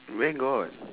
where got